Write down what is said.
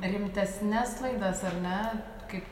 rimtesnes laidas ar ne kaip